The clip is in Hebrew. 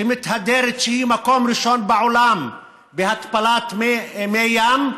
שמתהדרת שהיא מקום ראשון בעולם בהתפלת מי ים,